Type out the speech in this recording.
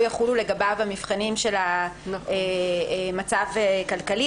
יחולו לגביו המבחנים של המצב הכלכלי.